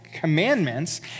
commandments